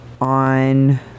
on